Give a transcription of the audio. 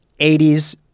80s